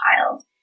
child